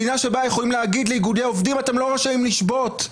מדינה שבה יכולים להגיד לאיגודי עובדים שהם לא רשאים לשבות?